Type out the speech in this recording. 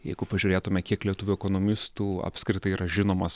jeigu pažiūrėtume kiek lietuvių ekonomistų apskritai yra žinomas